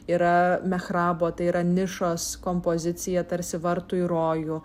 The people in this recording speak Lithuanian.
yra mechrabo tai yra nišos kompozicija tarsi vartų į rojų